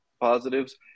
positives